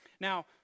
Now